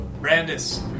Brandis